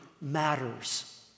matters